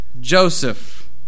Joseph